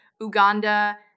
Uganda